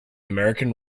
american